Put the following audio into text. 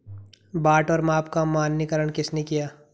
बाट और माप का मानकीकरण किसने किया?